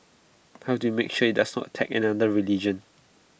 how do you make sure IT does not attack another religion